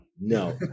no